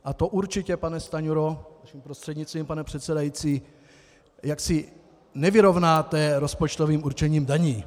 A to určitě, pane Stanjuro, vaším prostřednictvím, pane předsedající, jaksi nevyrovnáte rozpočtovým určením daní.